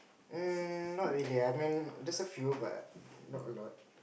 um not really I mean there's a few but not a lot